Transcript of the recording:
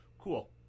cool